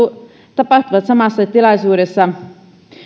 tapahtuvat samassa tilaisuudessa